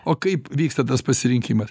o kaip vyksta tas pasirinkimas